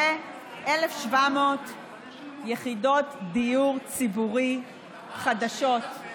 1,700 יחידות דיור ציבורי חדשות.